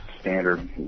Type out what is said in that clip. standard